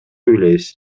билебиз